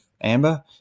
amber